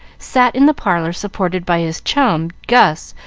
sat in the parlor, supported by his chum, gus,